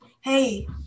Hey